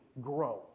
grow